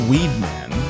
Weedman